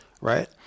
right